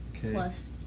Plus